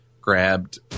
grabbed